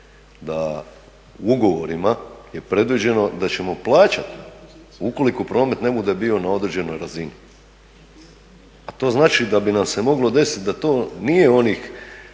da u ugovorima je predviđeno da ćemo plaćati ukoliko promet ne bude bio na određenoj razini. A to znači da bi nam se moglo desiti da to nije onih